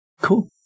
Cool